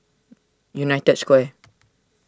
United Square